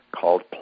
called